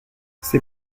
ses